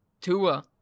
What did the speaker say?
Tua